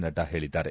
ನಡ್ಡಾ ಹೇಳಿದ್ದಾರೆ